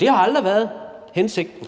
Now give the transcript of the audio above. Det har aldrig været hensigten